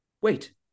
Wait